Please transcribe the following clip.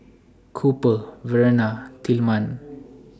Cooper Verena and Tillman